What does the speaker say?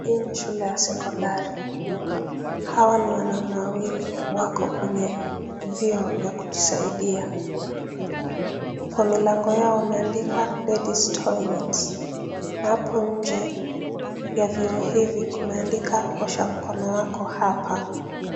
Hii ni shule ya sekondari. Hawa ni wanaume wawili wako kwenye vyoo ya kujisaidia. Kwa milango yao wameandika, ladies toilets na hapo nje ya vyoo hivi kumeandikwa, osha mkono wako hapa.